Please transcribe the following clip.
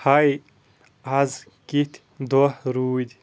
ہاے آز کِیٚتھۍ دۄہ روٗدۍ